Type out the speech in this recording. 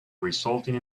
resulting